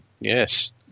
yes